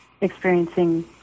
experiencing